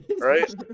Right